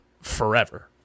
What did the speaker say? forever